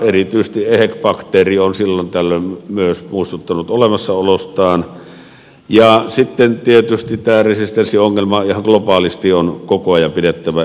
erityisesti ehec bakteeri on silloin tällöin myös muistuttanut olemassaolostaan ja sitten tietysti tämä resistenssiongelma ihan globaalisti on koko ajan pidettävä esillä